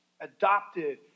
Adopted